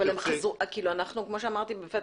אנחנו מתעלמים מזה.